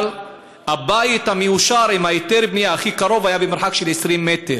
אבל הבית המאושר עם היתר הבנייה הכי קרוב היה במרחק של 20 מטר.